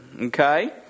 Okay